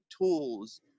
tools